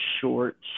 short –